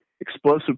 explosive